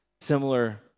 similar